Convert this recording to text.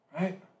right